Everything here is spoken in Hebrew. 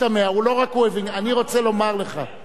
אני רוצה לומר לך, אתה אומר: אפשר להרוג את השליח.